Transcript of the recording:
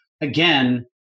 again